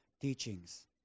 teachings